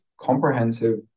comprehensive